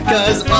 Cause